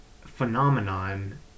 phenomenon